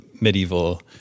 medieval